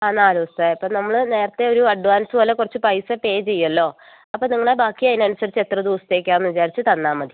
ആ നാല് ദിവസത്തെ അപ്പോൾ നമ്മൾ നേരത്തെയൊരു അഡ്വാൻസ് പോലെ കുറച്ച് പൈസ പേ ചെയ്യുമല്ലോ അപ്പോൾ നിങ്ങൾ ബാക്കി അതിനനുസരിച്ച് എത്ര ദിവസത്തേക്കാണെന്ന് വിചാരിച്ച് തന്നാൽ മതി